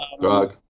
Drug